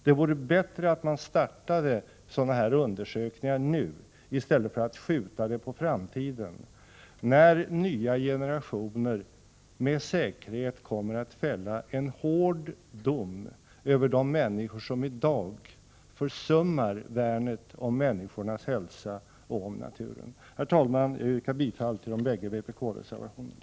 Det vore bättre att man startade sådana undersökningar nu än att skjuta dem på framtiden, då nya generationer med säkerhet kommer att fälla en hård dom över de människor som i dag försummar värnet om människornas hälsa och om naturen. Herr talman! Jag yrkar bifall till de bägge vpk-reservationerna.